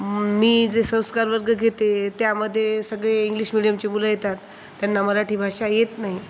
मी जे संस्कारवर्ग घेते त्यामध्ये सगळे इंग्लिश मिडियमचे मुलं येतात त्यांना मराठी भाषा येत नाही